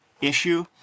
issue